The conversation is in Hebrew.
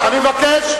אני מבקש,